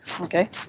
Okay